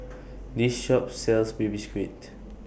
This Shop sells Baby Squid